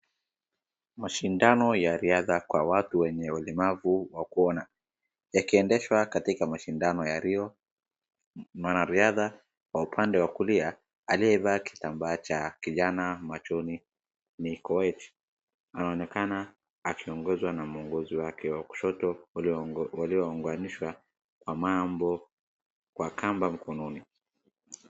Mashindano ya riadha kwa watu wenye ulemavu wa kuona yakiendeshwa katika mashindano ya Rio, mwanariadha wa upande wa kulia aliyevaa kitambaa cha kijana machoni ni Koech. Anaonekana akiongozwa na muongozi wake wa kushoto waliounganishwa kwa mambo, kwa kamba mkononi.